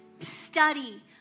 study